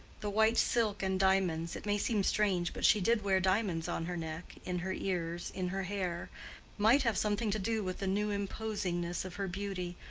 the white silk and diamonds it may seem strange, but she did wear diamonds on her neck, in her ears, in her hair might have something to do with the new imposingness of her beauty,